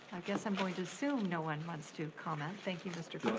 i guess i'm going to assume no one wants to comment. thank you mr.